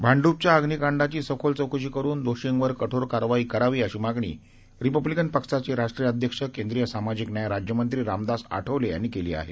भांड्पच्या अग्निकांडाची सखोल चौकशी करून दोषींवर कठोर कारवाई करावी अशी मागणी रिपब्लिकन पक्षाचे राष्ट्रीय अध्यक्ष केंद्रीय सामाजिक न्याय राज्य मंत्री रामदास आठवले यांनी केली आहे